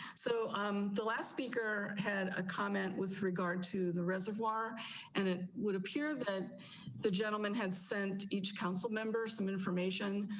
so i'm the last speaker had a comment with regard to the reservoir and it would appear that the gentleman had sent each council member some information.